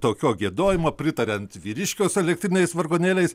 tokio giedojimo pritariant vyriškio su elektriniais vargonėliais